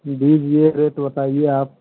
दीजिए रेट बताइए आप